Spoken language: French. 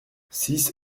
six